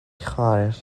chwaer